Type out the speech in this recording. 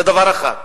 זה דבר אחד.